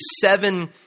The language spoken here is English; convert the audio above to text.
seven